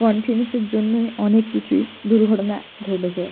কনফিডেন্সয়ের জন্যই অনেক কিছুই দুর্ঘটনা ঘটেছে